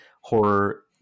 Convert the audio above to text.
horror